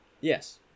Yes